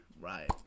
Right